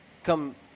Come